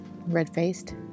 red-faced